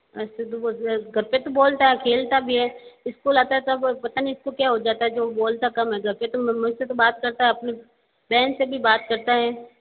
ऐसे तो वो घर पे तो बोलता है खेलता भी है इस्कूल आता है तब पता नहीं इसको क्या हो जाता है जो बोलता कम है घर पे तो मुझसे तो बात करता है अपनी बहन से भी बात करता है